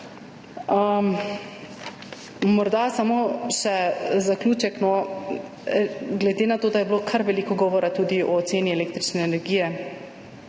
Morda samo še zaključek, glede na to, da je bilo kar veliko govora tudi o ceni električne energije.